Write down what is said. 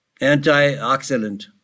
antioxidant